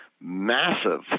massive